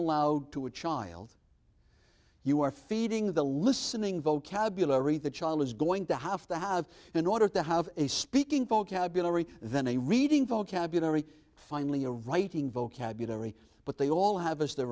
aloud to a child you are feeding the listening vocabulary the child is going to have to have in order to have a speaking vocabulary than a reading vocabulary finally a writing vocabulary but they all have as the